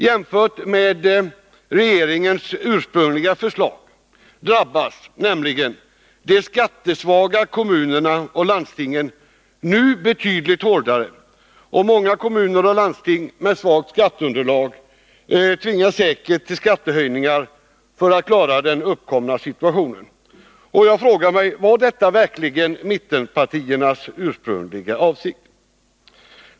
Jämfört med regeringens ursprungliga förslag drabbas nämligen de skattesvaga kommunerna och landstingen nu betydligt hårdare. Många kommuner och landsting med svagt skatteunderlag tvingas säkert till skattehöjningar för att klara den uppkomna situationen. Jag frågar mig: Var detta verkligen mittenpartiernas ursprungliga avsikt?